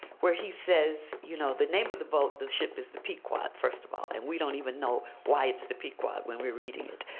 where he says you know the name of the boat, the the ship is the pequod, first of all. and we don't even know why it's the pequod when are we reading it.